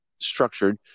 structured